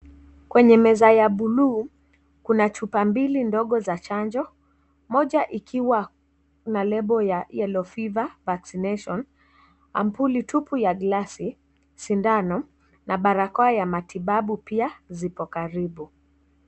Kwenye meza ya buluu kuna chupa mbili ndogo za chanjo, moja ikiwa na lebo ya yellow fever vaccination , ampuli tupu ya glasi, sindano na barakoa ya matibabu pia zipo karibu.